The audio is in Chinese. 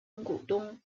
股东